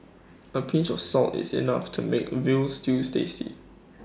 A pinch of salt is enough to make Veal Stews tasty